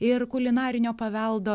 ir kulinarinio paveldo